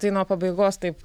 tai nuo pabaigos taip